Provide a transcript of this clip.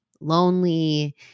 lonely